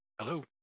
Hello